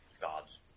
Gods